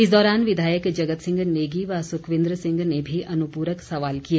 इस दौरान विधायक जगत सिंह नेगी व सुखविंद्र सिह ने भी अनुपूरक सवाल किए